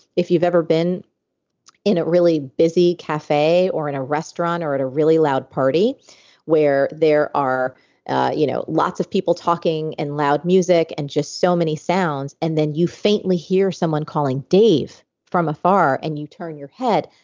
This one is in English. if you've ever been in a really busy cafe or in a restaurant or at a really loud party where there are ah you know lots of people talking and loud music and just so many sounds and then you faintly hear someone calling dave from afar and you turn your head,